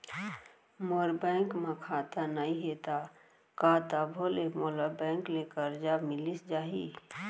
मोर bank म खाता नई हे त का तभो ले मोला बैंक ले करजा मिलिस जाही?